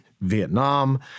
Vietnam